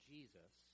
Jesus